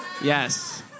Yes